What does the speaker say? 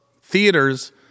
theaters